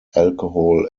alcohol